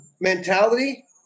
mentality